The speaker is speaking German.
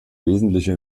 wesentliche